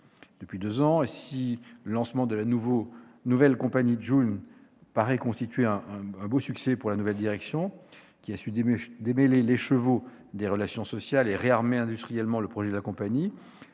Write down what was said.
depuis deux ans et si le lancement de la nouvelle compagnie Joon paraît constituer un beau succès pour sa nouvelle direction, qui a su démêler l'écheveau des relations sociales et réarmer industriellement le projet de la compagnie,